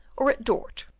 or at dort?